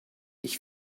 ich